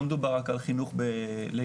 לא מדובר רק על חינוך לילדים,